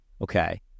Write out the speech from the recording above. okay